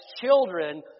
children